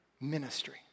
ministry